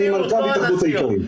אני מהתאחדות האיכרים.